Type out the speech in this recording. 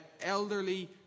elderly